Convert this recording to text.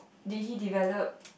did he develop